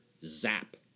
zap